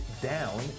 down